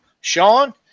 Sean